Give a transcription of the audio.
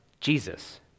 Jesus